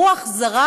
רוח זרה,